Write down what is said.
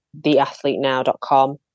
theathletenow.com